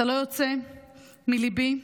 אתה לא יוצא מליבי לרגע.